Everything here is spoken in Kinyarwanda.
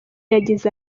yagize